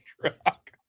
truck